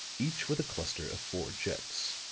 each with a cluster of four jets.